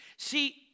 See